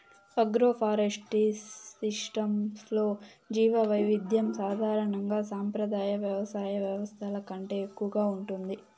agroforestry సిస్టమ్స్లో జీవవైవిధ్యం సాధారణంగా సంప్రదాయ వ్యవసాయ వ్యవస్థల కంటే ఎక్కువగా ఉంటుంది